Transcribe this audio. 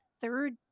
third